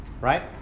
right